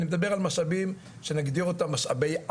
אני מדבר על משאבים שנגדיר אותם משאבי על,